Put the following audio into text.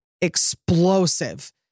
explosive